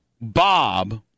Bob